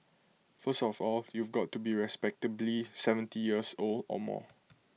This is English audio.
first of all you've got to be respectably seventy years old or more